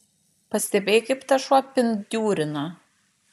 pastebėjai kaip tas šuo pindiūrina